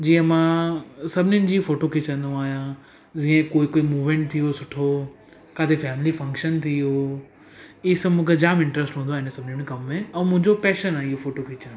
जीअं मां सभिनीनि जी फोटो खीचंदो आहियां जीअं कोई कोई मोमेंट थी वियो सुठो काथे फैमिली फंक्शन थी वियो इहे सभु मूंखे जाम इंटरेस्ट हूंदो आहे उन सभिनीनि में कमु में ऐं मुंहिंजो पैशन आहे इहो फोटो खींचण